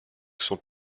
sont